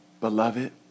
beloved